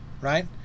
right